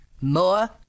more